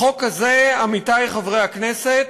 החוק הזה, עמיתי חברי הכנסת,